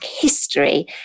history